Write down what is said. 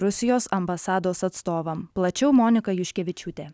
rusijos ambasados atstovam plačiau monika juškevičiūtė